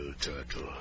turtle